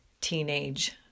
teenage